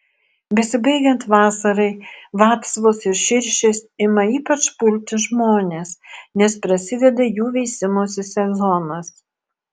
besibaigiant vasarai vapsvos ir širšės ima ypač pulti žmones nes prasideda jų veisimosi sezonas